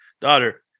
daughter